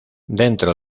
dentro